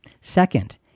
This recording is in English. Second